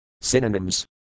Synonyms